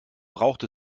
braucht